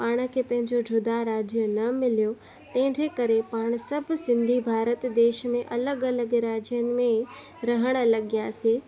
पाण खे पंहिंजो जुदा राज्य न मिल्यो तंहिंजे करे पाण सभु सिंधी भारत देश में अलॻि अलॻि राज्यनि में रहणु लॻियासीं